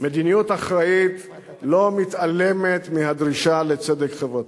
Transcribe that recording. מדיניות אחראית לא מתעלמת מהדרישה לצדק חברתי,